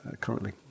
currently